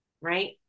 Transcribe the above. right